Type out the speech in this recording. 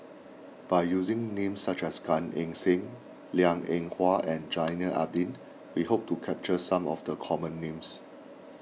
by using names such as Gan Eng Seng Liang Eng Hwa and Zainal Abidin we hope to capture some of the common names